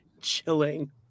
chilling